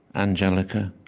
angelica,